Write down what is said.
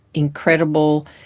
incredible,